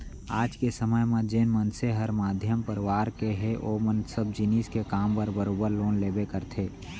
आज के समे म जेन मनसे हर मध्यम परवार के हे ओमन सब जिनिस के काम बर बरोबर लोन लेबे करथे